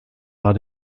war